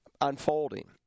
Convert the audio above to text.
unfolding